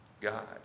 God